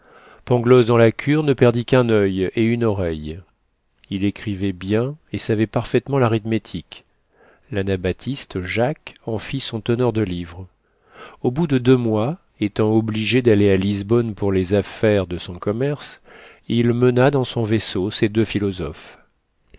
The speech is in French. pangloss dans la cure ne perdit qu'un oeil et une oreille il écrivait bien et savait parfaitement l'arithmétique l'anabaptiste jacques en fit son teneur de livres au bout de deux mois étant obligé d'aller à lisbonne pour les affaires de son commerce il mena dans son vaisseau ses deux philosophes